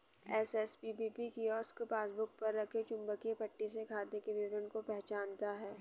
SSPBP kiosk passbook पर रखे चुंबकीय पट्टी से खाते के विवरण को पहचानता है